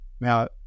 now